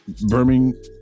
Birmingham